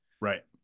right